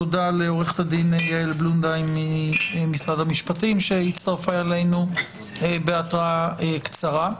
תודה לעוה"ד יעל בלונדהיים ממשרד המשפטים שהצטרפה אלינו בהתראה קצרה.